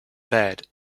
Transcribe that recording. bed